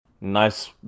nice